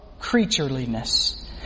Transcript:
creatureliness